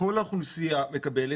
שכל האוכלוסייה מקבלת,